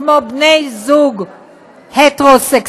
כמו בני זוג הטרוסקסואלים.